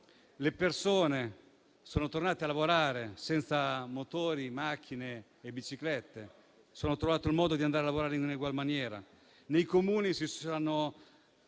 le persone sono tornate a lavorare senza motori, macchine e biciclette. Hanno trovato il modo di andare a lavorare in egual maniera. Nei Comuni sono